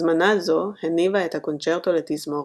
הזמנה זו הניבה את הקונצ׳רטו לתזמורת,